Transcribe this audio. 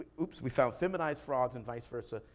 ah oops, we found feminized frogs and vice versa,